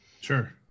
Sure